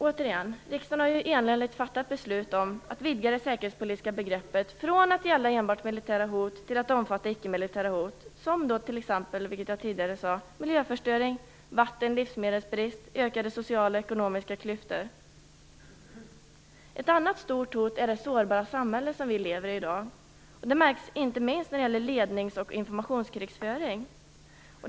Återigen, riksdagen har enhälligt fattat beslut om att vidga det säkerhetspolitiska begreppet från att gälla enbart militära hot till att omfatta icke-militära hot som, vilket jag tidigare sade, miljöförstöring, vatten och livsmedelsbrist, ökade sociala och ekonomiska klyftor. Ett annat stort hot är det sårbara samhälle som vi i dag lever i. Det märks inte minst när det gäller lednings och informationskrigföring.